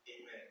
Amen